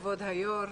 כבור היו"ר,